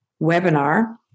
webinar